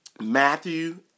Matthew